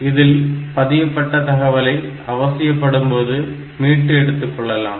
இதில் பதியப்பட்ட தகவலை அவசியப்படும்போது மீட்டு எடுத்துக்கொள்ளலாம்